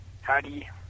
Howdy